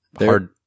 hard